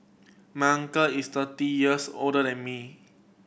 my uncle is thirty years older than me